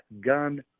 gun